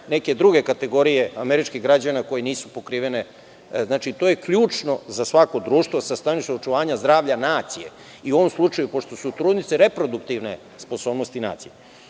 neke druge kategorije američkih građana koje nisu pokrivene. Znači, to je ključno za svako društvo sa stanovišta očuvanja zdravlja nacije. U ovom slučaju, pošto su trudnice reproduktivne sposobnosti nacije,